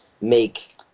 make